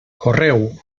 correu